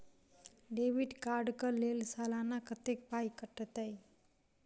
Debit card कऽ लेल सलाना कत्तेक पाई कटतै?